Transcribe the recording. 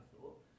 thought